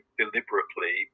deliberately